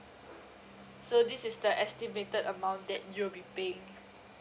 so this is the estimated amount that you'll be paying